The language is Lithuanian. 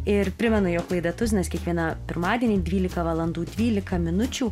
ir primenu jog laida tuzinas kiekvieną pirmadienį dvylika valandų dvylika minučių